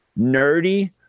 nerdy